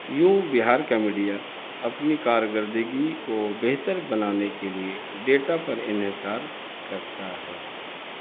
یوں بہار کا میڈیا اپنی کارگردگی کو بہتر بنانے کے لیے ڈیٹا پر انحصار کرتا ہے